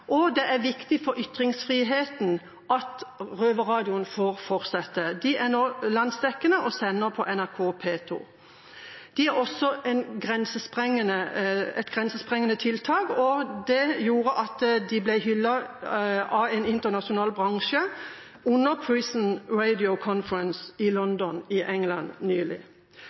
Det er viktig for ytringsfriheten at Røverradioen får fortsette. Den er nå landsdekkende og sender på NRK P2. Røverradioen er også et grensesprengende tiltak, og det gjorde at den ble hyllet av en internasjonal bransje under Prison Radio Conference i London i England nylig.